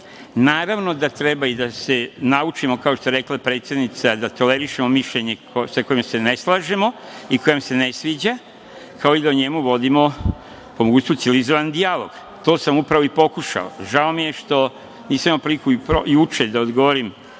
Naravno da treba i da se naučimo, kao što je rekla predsednica, da tolerišemo mišljenje sa kojim se ne slažemo i koje nam se ne sviđa, kao i da o njemu vodimo po mogućstvu civilizovan dijalog. To sam upravo i pokušao. Žao mi je što nisam imao priliku juče da odgovorim